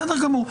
בסדר גמור.